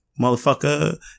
motherfucker